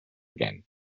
again